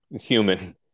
human